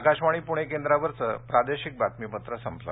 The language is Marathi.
आकाशवाणी पुणे केंद्रावरचं प्रादेशिक बातमीपत्र संपलं